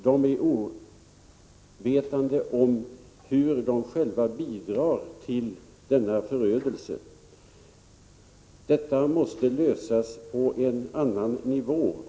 De är ovetande om hur de själva bidrar till denna förödelse. Problemen måste därför lösas på en annan nivå.